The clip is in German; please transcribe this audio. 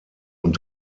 und